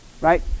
Right